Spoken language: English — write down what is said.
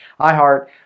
iHeart